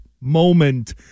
moment